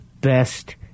best